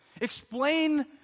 Explain